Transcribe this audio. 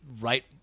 right